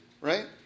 right